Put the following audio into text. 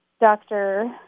doctor